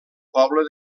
poble